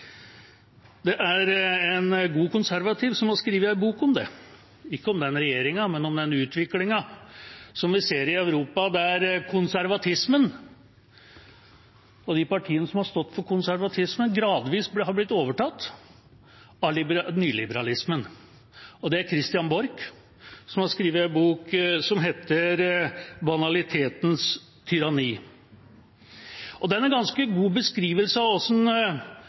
Det er en god konservativ som har skrevet en bok om det – ikke om den regjeringa, men om den utviklingen som vi ser i Europa, der konservatismen og de partiene som har stått for konservatisme, gradvis har blitt overtatt av nyliberalismen. Det er Christian Borch, som har skrevet en bok som heter «Banalitetens tyranni». Den gir en ganske god beskrivelse av